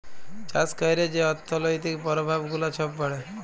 চাষ ক্যইরে যে অথ্থলৈতিক পরভাব গুলা ছব পড়ে